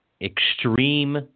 extreme